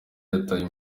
yatawe